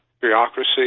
bureaucracy